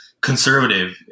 conservative